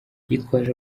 yitwaje